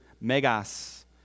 megas